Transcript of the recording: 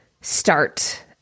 start